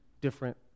different